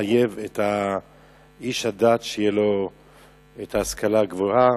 שמחייב את איש הדת שתהיה לו השכלה גבוהה.